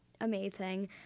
amazing